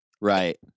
right